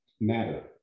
matter